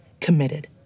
committed